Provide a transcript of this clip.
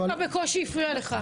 אבל --- הוא דווקא בקושי הפריע לך.